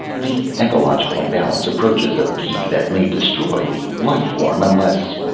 the ecological imbalance approaches a peak that may destroy the life-form, unless.